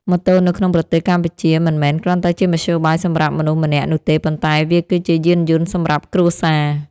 ម៉ូតូនៅក្នុងប្រទេសកម្ពុជាមិនមែនគ្រាន់តែជាមធ្យោបាយសម្រាប់មនុស្សម្នាក់នោះទេប៉ុន្តែវាគឺជាយានយន្តសម្រាប់គ្រួសារ។